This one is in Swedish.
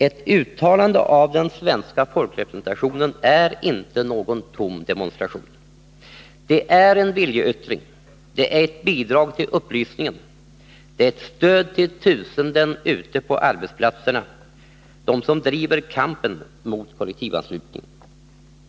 Ett uttalande av den svenska folkrepresentationen är inte någon tom demonstration. Det är en viljeyttring, det är ett bidrag till upplysningen, det är ett stöd till de tusenden som ute på arbetsplatserna driver kampen mot .: å 3 ac Y kollektivanslutningen.